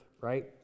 right